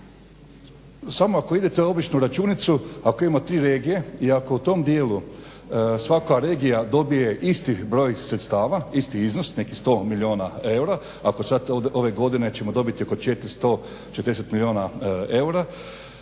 Samo ako idete u običnu računicu, ako imamo tri regije i ako u tom dijelu svaka regija dobije isti broj sredstava, isti iznos nekih 100 milijuna eura ako sad od ove godine ćemo dobiti oko 440 milijuna eura,